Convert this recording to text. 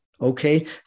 Okay